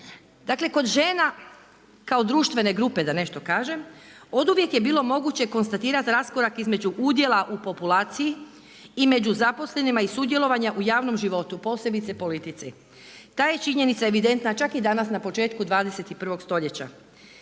Dakle kod žena kao društvene grupe da nešto kažem oduvijek je bilo moguće konstatirati raskorak između udjela u populaciji i među zaposlenima i sudjelovanja u javnom životu posebice politici. Ta je činjenica evidentna čak i danas na početku 21 stoljeća.